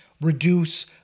reduce